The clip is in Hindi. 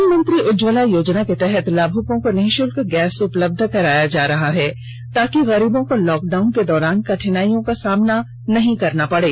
प्रधानमंत्री उज्जवला योजना के तहत लाभुकों को निःषुल्क गैस उपलब्ध कराया जा रहा है ताकि गरीबों को लॉक डाउन के दौरान कठिनाईयों का सामना नहीं करना पड़े